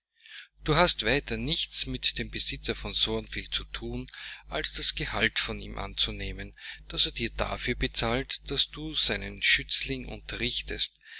du hast weiter nichts mit dem besitzer von thornfield zu thun als das gehalt von ihm anzunehmen das er dir dafür zahlt daß du seinen schützling unterrichtest